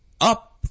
up